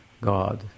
God